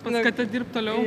paskata dirbt toliau